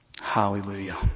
Hallelujah